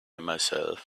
myself